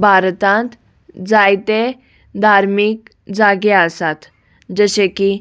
भारतांत जायते धार्मीक जागे आसात जशे की